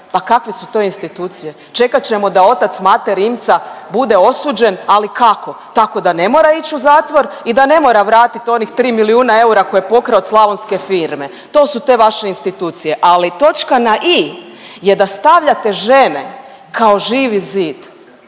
Pa kakve su to institucije, čekat ćemo da otac Mate Rimca bude osuđen, ali kako? Tako da ne mora ić u zatvor i da ne mora vratit onih 3 milijuna eura koje je pokrao od slavonske firme. To su te vaše institucije. Ali točka na I je da stavljate žene kao živi zid,